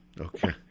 Okay